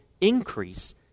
increase